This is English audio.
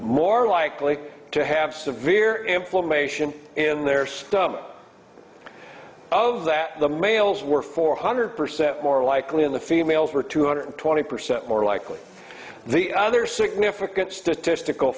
more likely to have severe inflammation in their stomach of that the males were four hundred percent more likely in the females were two hundred twenty percent more likely the other significant statistical